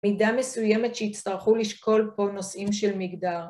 מידה מסוימת שיצטרכו לשקול פה נושאים של מגדר.